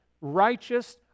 righteous